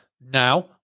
now